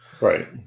Right